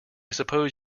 suppose